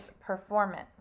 performance